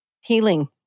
healing